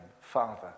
Father